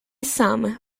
some